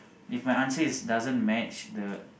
if my answer is doesn't match the